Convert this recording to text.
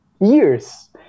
years